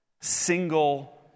single